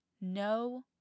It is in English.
no